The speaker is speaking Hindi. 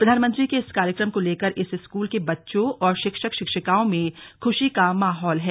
प्रधानमंत्री के इस कार्यक्रम को लेकर इस स्कूल के बच्चों और शिक्षक शिक्षिकाओं में खुशी का मौहाल है